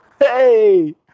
Hey